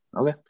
Okay